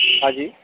हाँ जी